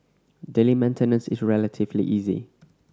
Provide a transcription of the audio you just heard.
daily maintenance is relatively easy